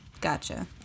Gotcha